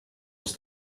was